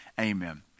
Amen